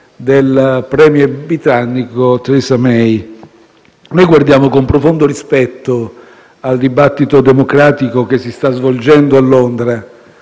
del *premier* britannico Theresa May. Guardiamo con profondo rispetto al dibattito democratico che si sta svolgendo a Londra,